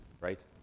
right